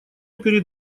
перед